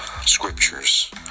scriptures